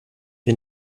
wir